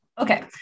Okay